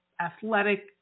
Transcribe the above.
athletic